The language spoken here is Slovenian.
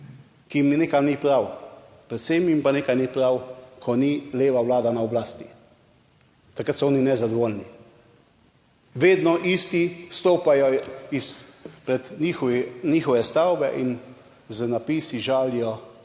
ki jim nekaj ni prav, predvsem jim pa nekaj ni prav, ko ni leva vlada na oblasti, takrat so oni nezadovoljni. Vedno isti stopajo izpred njihove, njihove stavbe in z napisi žalijo